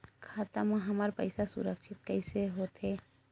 खाता मा हमर पईसा सुरक्षित कइसे हो थे?